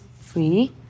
free